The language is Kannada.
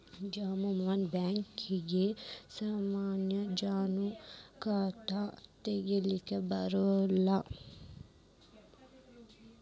ಬ್ಯಾಂಕರ್ಸ್ ಬ್ಯಾಂಕ ನ್ಯಾಗ ಸಾಮಾನ್ಯ ಜನ್ರು ಖಾತಾ ತಗಿಲಿಕ್ಕೆ ಬರಂಗಿಲ್ಲಾ